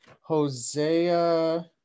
Hosea